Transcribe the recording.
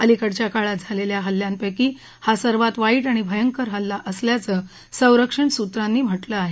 अलिकडच्या काळात झालेल्या हल्ल्यापैकी हा सर्वात वाईट आणि भयकर हल्ला असल्याचं संरक्षण सुत्रांनी म्हटलं आहे